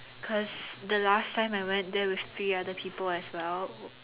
because the last time I went there was three other people as well